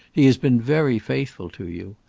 he has been very faithful to you.